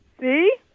See